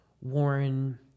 Warren